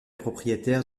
propriétaire